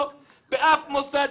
באף מוסד,